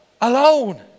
alone